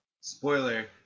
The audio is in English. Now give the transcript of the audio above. spoiler